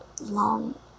long